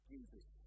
Jesus